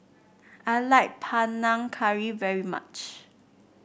I like Panang Curry very much